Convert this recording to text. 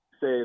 say